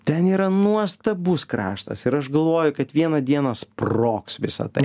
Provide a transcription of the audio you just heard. ten yra nuostabus kraštas ir aš galvoju kad vieną dieną sprogs visa tai